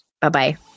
Bye-bye